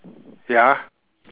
ya